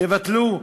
תבטלו.